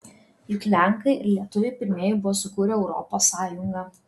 juk lenkai ir lietuviai pirmieji buvo sukūrę europos sąjungą